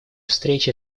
встрече